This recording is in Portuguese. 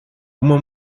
uma